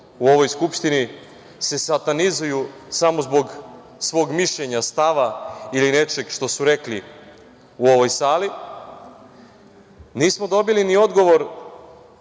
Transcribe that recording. u ovoj Skupštini, se satanizuju samo zbog svog mišljenja, stava ili nečeg što su rekli u ovoj sali. Nismo dobili ni odgovor